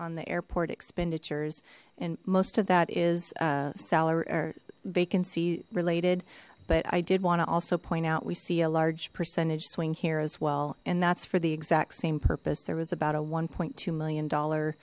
on the airport expenditures and most of that is salary vacancy related but i did want to also point out we see a large percentage swing here as well and that's for the exact same purpose there was about a one point two million dollar